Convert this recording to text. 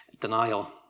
denial